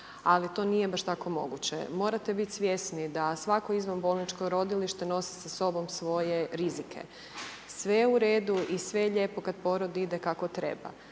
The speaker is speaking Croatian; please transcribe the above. ali to nije baš tako moguće. Morate biti svjesni da svako izvanbolničko rodilište nosi sa sobom svoje rizike. Sve je u redu i sve je lijepo kad porod ide kako treba.